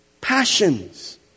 passions